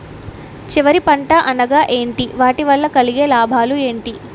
చివరి పంట అనగా ఏంటి వాటి వల్ల కలిగే లాభాలు ఏంటి